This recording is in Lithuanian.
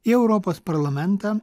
į europos parlamentą